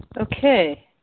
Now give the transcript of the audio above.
Okay